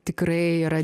tikrai yra